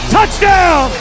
Touchdown